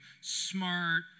smart